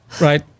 Right